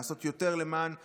לעשות יותר למען הסביבה.